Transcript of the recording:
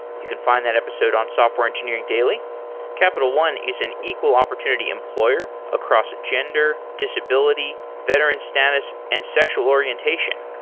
you can find that episode on software engineering daily capital one is an equal opportunity employer across gender, disability, veteran status, and sexual orientation.